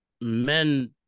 men